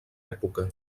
època